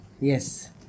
yes